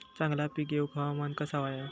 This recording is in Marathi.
चांगला पीक येऊक हवामान कसा होया?